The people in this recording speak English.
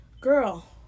Girl